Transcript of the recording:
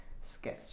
sketch